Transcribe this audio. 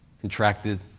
contracted